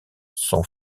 sont